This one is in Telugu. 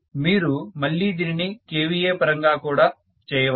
మీరు మళ్లీ దీనిని kVA పరంగా కూడా చేయవచ్చు